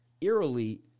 eerily